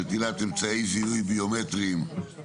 (נטילת אמצעי זיהוי ביומטריים מזרים